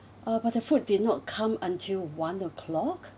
uh but the food did not come until one o'clock